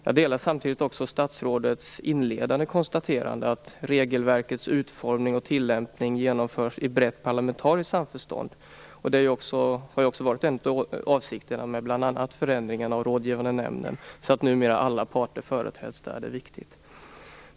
Jag instämmer samtidigt i statsrådets inledande konstaterande att regelverkets utformning och tillämpning genomförs i brett parlamentariskt samförstånd. Det har ju också varit en av avsikterna med bl.a. de förändringar av den rådgivande nämnden som gjort att alla parter numera företräds där. Det är viktigt.